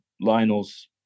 Lionel's